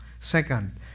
second